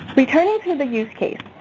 returning to the use case,